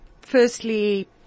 firstly